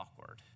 awkward